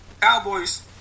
Cowboys